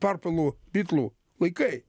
perpilu bitlų laikai